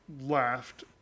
laughed